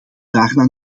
daarna